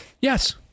Yes